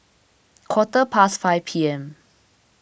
quarter past five P M